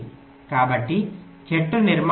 కాబట్టి చెట్టు నిర్మాణం ఉంది